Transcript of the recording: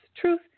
truth